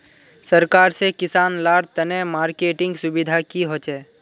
सरकार से किसान लार तने मार्केटिंग सुविधा की होचे?